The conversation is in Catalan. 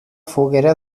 foguera